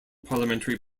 parliamentary